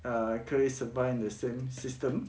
err 可以 supply in the same system